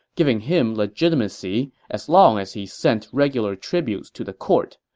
giving him legitimacy as long as he sent regular tributes to the court.